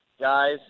Guys